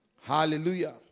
Hallelujah